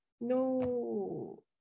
no